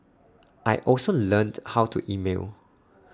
I also learned how to email